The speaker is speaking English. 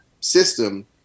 system